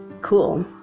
cool